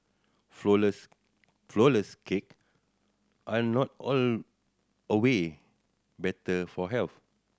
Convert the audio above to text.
flourless flourless cake are not better for health